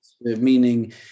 meaning